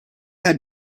had